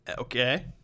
okay